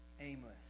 aimless